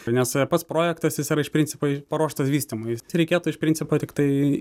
nes pats projektas jis yra iš principo paruoštas vystymui reikėtų iš principo tiktai